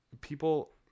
people